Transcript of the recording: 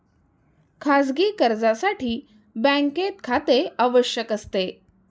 खाजगी कर्जासाठी बँकेत खाते आवश्यक असते